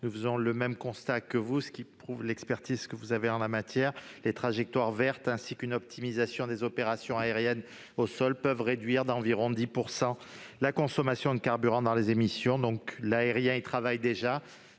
nous dressons le même constat que vous, ce qui prouve votre expertise en la matière. Les trajectoires vertes, ainsi qu'une optimisation des opérations aériennes au sol, peuvent réduire d'environ 10 % la consommation de carburant dans les émissions. L'aérien y travaille déjà,